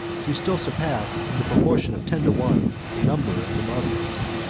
who still surpass, in the proportion of ten to one, the numbers of the moslems.